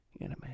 anime